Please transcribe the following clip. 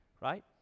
right